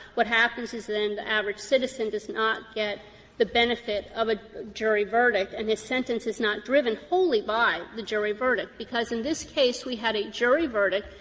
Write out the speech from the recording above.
what happens is then ah citizen does not get the benefit of a jury verdict and his sentence is not driven wholly by the jury verdict, because in this case we had a jury verdict,